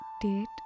Date